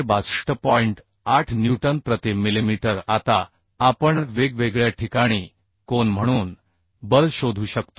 8न्यूटन प्रति मिलिमीटर आता आपण वेगवेगळ्या ठिकाणी कोन म्हणून बल शोधू शकतो